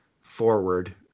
forward